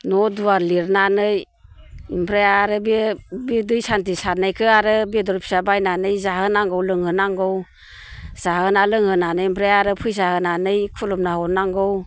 न' दुवार लिरनानै ओमफ्राय आरो बे दै सान्थि सारनायखो आरो बेदर फिसा बायनानै जाहो नांगौ लोंहो नांगौ जाहोना लोंहोनानै ओमफ्राय आरो फैसा होनानै खुलुमना हरनांगौ